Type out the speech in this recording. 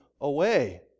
away